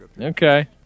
Okay